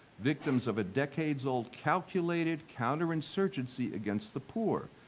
victims of a decades-old calculated counter insurgency against the poor,